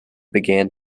began